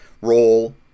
roll